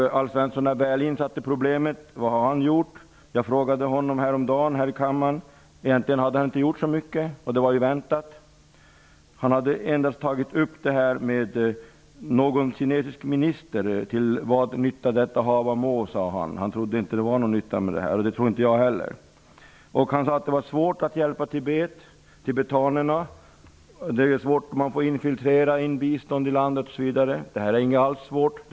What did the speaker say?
Alf Svensson är väl insatt i problemet. Vad har han gjort? Jag frågade honom häromdagen här i kammaren. Egentligen hade han inte gjort så mycket, och det var ju väntat. Han hade endast tagit upp frågan med någon kinesisk minister -- till vad nytta detta hava må, sade han. Han trodde inte att det var någon nytta med det samtalet, och det tror inte jag heller. Han sade att det var svårt att hjälpa Tibet och tibetanerna, att man får lov att infiltrera in bistånd i landet, osv. Men det är inte svårt alls.